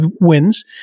wins